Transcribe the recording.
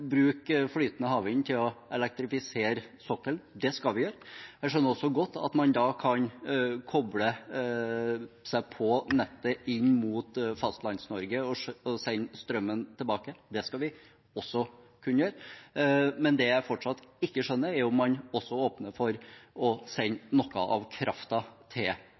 flytende havvind til å elektrifisere sokkelen. Det skal vi gjøre. Jeg skjønner også godt at man da kan koble seg på nettet inn mot Fastlands-Norge og sende strømmen tilbake. Det skal vi også kunne gjøre. Det jeg fortsatt ikke skjønner, er om man også åpner for å sende noe av kraften til